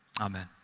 Amen